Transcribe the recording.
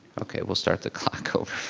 okay, we'll start the clock over